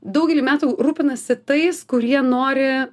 daugelį metų rūpinasi tais kurie nori